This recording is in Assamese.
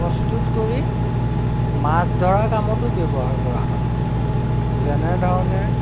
প্ৰস্তুত কৰি মাছ ধৰা কামতো ব্যৱহাৰ কৰা হয় যেনেধৰণে